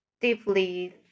deeply